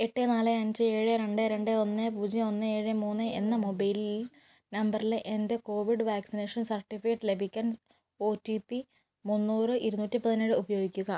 എട്ട് നാല് അഞ്ച് ഏഴ് രണ്ട് രണ്ട് ഒന്ന് പൂജ്യം ഒന്ന് ഏഴ് മൂന്ന് എന്ന മൊബൈൽ നമ്പറിലെ എൻ്റെ കോവിഡ് വാക്സിനേഷൻ സർട്ടിഫിക്കറ്റ് ലഭിക്കാൻ ഒ റ്റി പി മുന്നൂറ് ഇരുന്നൂറ്റി പതിനേഴ് ഉപയോഗിക്കുക